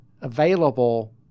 available